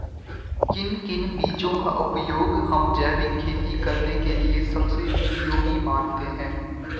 किन किन बीजों का उपयोग हम जैविक खेती करने के लिए सबसे उपयोगी मानते हैं?